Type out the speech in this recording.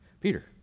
Peter